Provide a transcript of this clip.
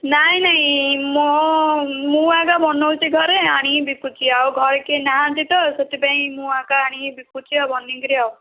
ନାହିଁ ନାହିଁ ମୁଁ ମୁଁ ଆଜ୍ଞା ବନାଉଛି ଘରେ ଆଣିକି ବିକୁଛି ଆଉ ଘରେ କେହି ନାହାନ୍ତିତ ସେଥିପାଇଁ ମୁଁ ଆଣିକି ବିକୁଛି ଆଉ ବନେଇକିରି ଆଉ